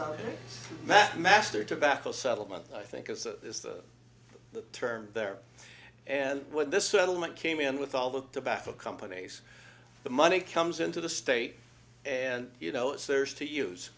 that master tobacco settlement i think is the term there and what this settlement came in with all the tobacco companies the money comes into the state and you know it's theirs to use